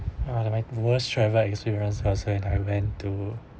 my worst travel experience it was when I went to